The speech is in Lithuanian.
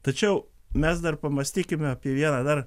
tačiau mes dar pamąstykime apie vieną dar